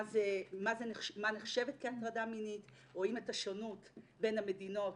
מה נחשבת כהטרדה מינית רואים את השונות בין המדינות